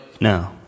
No